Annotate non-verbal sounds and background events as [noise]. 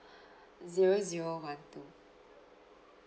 [breath] zero zero one two